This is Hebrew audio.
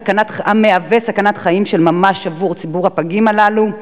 המהווה סכנת חיים של ממש לפגים הללו,